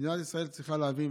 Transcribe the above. מדינת ישראל צריכה להבין,